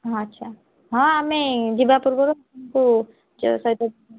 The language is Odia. ହଁ ଆଛା ହଁ ଆମେ ଯିବା ପୂର୍ବରୁ ଆପଣଙ୍କୁ ସହିତ